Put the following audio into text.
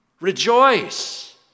rejoice